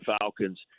Falcons